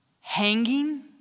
hanging